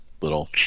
little